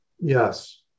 Yes